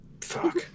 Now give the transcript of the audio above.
Fuck